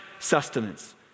sustenance